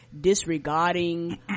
disregarding